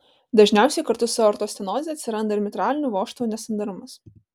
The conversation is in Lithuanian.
dažniausiai kartu su aortos stenoze atsiranda ir mitralinių vožtuvų nesandarumas